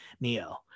Neo